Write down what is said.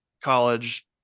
college